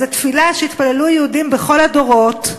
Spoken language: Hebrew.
זאת תפילה שהתפללו היהודים בכל הדורות.